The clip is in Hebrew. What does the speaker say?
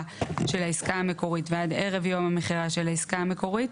של העסקה המקורית ועד ערב יום המכירה של העסקה המקורית,